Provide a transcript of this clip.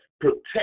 Protect